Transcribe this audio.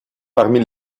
parmi